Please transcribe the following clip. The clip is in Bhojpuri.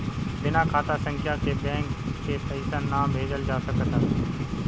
बिना खाता संख्या के बैंक के पईसा ना भेजल जा सकत हअ